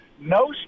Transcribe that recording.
no